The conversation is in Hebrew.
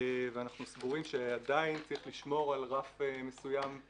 אנחנו סבורים שעדיין צריך לשמור על רף מסוים של